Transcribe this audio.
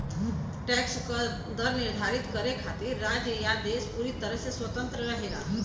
tax क दर निर्धारित करे खातिर राज्य या देश पूरी तरह से स्वतंत्र रहेला